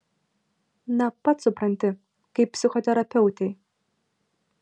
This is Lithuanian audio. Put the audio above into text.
na pats supranti kaip psichoterapeutei